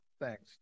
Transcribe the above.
Thanks